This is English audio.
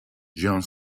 jiang